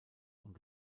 und